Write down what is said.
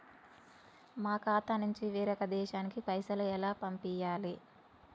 మా ఖాతా నుంచి వేరొక దేశానికి పైసలు ఎలా పంపియ్యాలి?